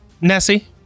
Nessie